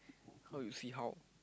how you see how